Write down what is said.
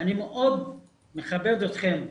ואני מאוד מכבד אתכם,